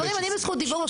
חברים, אני בזכות דיבור.